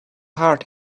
heart